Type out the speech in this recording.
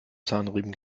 zahnriemen